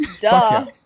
Duh